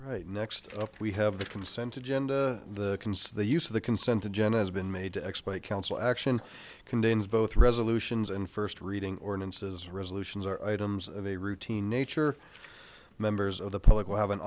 right next up we have the consent agenda the the use of the consent agenda has been made to x play council action contains both resolutions and first reading ordinances resolutions are items of a routine nature members of the public will have an